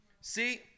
See